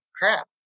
crap